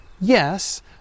yes